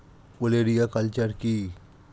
ওলেরিয়া কালচার কি?